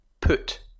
PUT